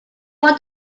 want